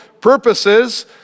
purposes